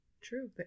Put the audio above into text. True